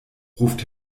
ruft